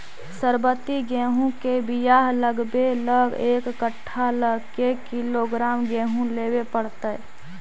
सरबति गेहूँ के बियाह लगबे ल एक कट्ठा ल के किलोग्राम गेहूं लेबे पड़तै?